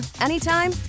anytime